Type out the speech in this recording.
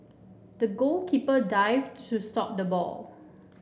the goalkeeper dived to stop the ball